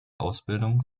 ausbildung